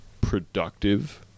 productive